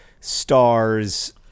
stars